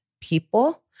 people